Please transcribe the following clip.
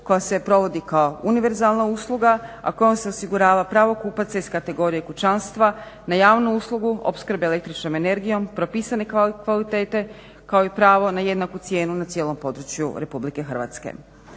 koja se provodi kao univerzalna usluga, a kojom se osigurava pravo kupaca iz kategorije kućanstva na javnu uslugu opskrbe električnom energijom propisane kvalitete kao i pravo na jednaku cijenu na cijelom području RH. Dakle,